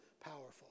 powerful